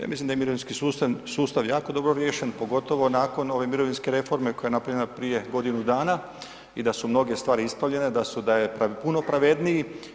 Ja mislim da je mirovinski sustav, sustav jako dobro riješen, pogotovo nakon ove mirovinske reforme koja je napravljena prije godinu dana i da su mnoge stvari ispravljene, da je puno pravedniji.